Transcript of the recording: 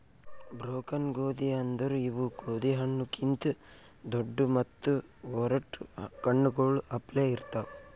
broken ಗೋದಿ ಅಂದುರ್ ಇವು ಗೋದಿ ಹಣ್ಣು ಕಿಂತ್ ದೊಡ್ಡು ಮತ್ತ ಒರಟ್ ಕಣ್ಣಗೊಳ್ ಅಪ್ಲೆ ಇರ್ತಾವ್